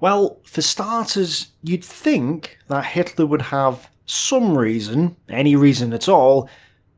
well, for starters, you'd think that hitler would have some reason any reason at all